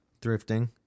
thrifting